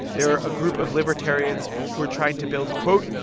they are a group of libertarians who are trying to build, quote,